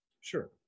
Sure